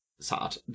sad